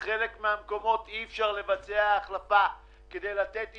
בחלק מהמקומות אי אפשר לבצע החלפה כדי לתת איזונים,